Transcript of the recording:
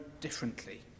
differently